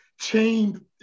chained